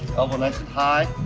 elbow nice and high.